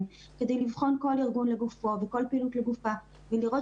כדי לבחון כל ארגון לגופו וכל פעילות לגופה ולראות